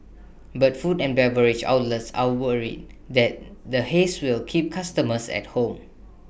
but food and beverage outlets are worried that the haze will keep customers at home